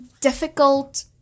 difficult